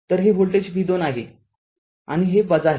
तर हे voltage v २ आहे आणि हे आहे